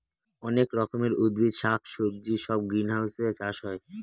অনেক রকমের উদ্ভিদ শাক সবজি সব গ্রিনহাউসে চাষ হয়